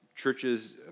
Churches